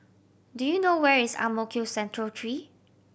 do you know where is Ang Mo Kio Central Three